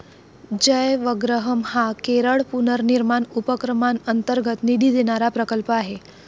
जयवग्रहम हा केरळ पुनर्निर्माण उपक्रमांतर्गत निधी देणारा प्रकल्प आहे